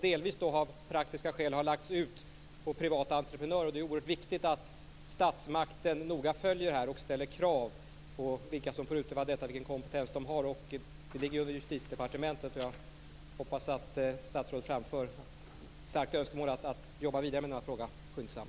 Delvis har detta av praktiska skäl lagts ut på privata entreprenörer. Det är oerhört viktigt att statsmakten noga följer frågan och ställer krav på vilka som får utöva detta och på deras kompetens. Frågan lyder under Justitiedepartementet. Jag hoppas att statsrådet framför att det är ett starkt önskemål att man jobbar vidare med frågan och att det sker skyndsamt.